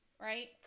right